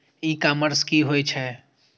ई commerce की होए छै?